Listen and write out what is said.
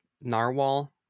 narwhal